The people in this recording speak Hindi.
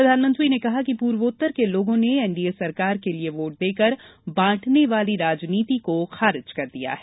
प्रधानमंत्री ने कहा कि पूर्वोत्तर के लोगों ने एन डी ए सरकार के लिए वोट देकर बांटने वाली राजनीति को खारिज कर दिया है